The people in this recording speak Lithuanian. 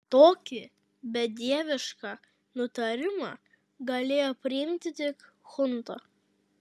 tokį bedievišką nutarimą galėjo priimti tik chunta